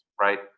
right